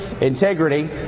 integrity